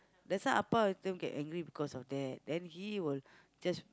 that's why Appa everytime get angry because of that then he will just